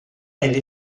elle